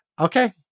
Okay